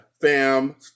fam